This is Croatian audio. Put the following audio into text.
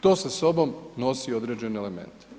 To sa sobom nosi određene elemente.